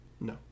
No